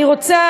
אני רוצה,